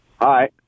Hi